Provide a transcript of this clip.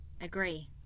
Agree